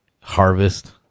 harvest